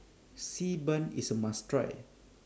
Xi Ban IS must Try